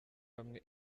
bamwe